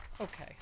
Okay